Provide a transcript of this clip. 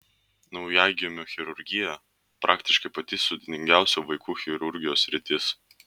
naujagimių chirurgija praktiškai pati sudėtingiausia vaikų chirurgijos sritis